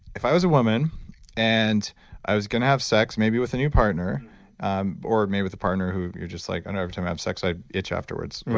if i was a woman and i was going to have sex maybe with a new partner um or maybe with a partner who you're just like, i know every time i have sex i itch afterwards yeah